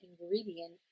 ingredient